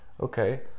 Okay